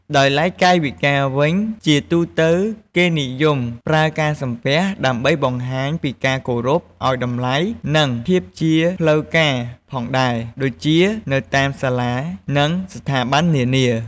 ដោយឡែកកាយវិការវិញ ជាទូទៅគេនិយមប្រើការសំពះ ដើម្បីបង្ហាញពីការគោរព ឱ្យតម្លៃ និងភាពជាផ្លូវការផងដែរ ដូចជា នៅតាមសាលា ឬ ស្ថាប័ននានា។